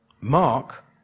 Mark